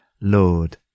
Lord